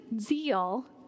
zeal